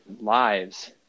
lives